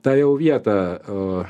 tą jau vietą